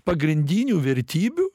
pagrindinių vertybių